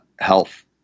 health